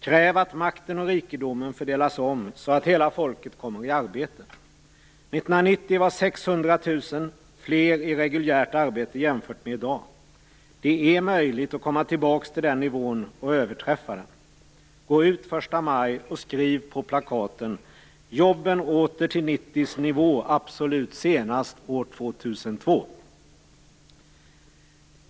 Kräv att makten och rikedomen fördelas om så att hela folket kommer i arbete. 1990 var 600 000 fler i reguljärt arbete jämfört med i dag. Det är möjligt att komma tillbaka till den nivån och överträffa den. Gå ut första maj och skriv på plakaten: Jobbet åter till 1990 års nivå absolut senast år 2002!